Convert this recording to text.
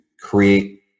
create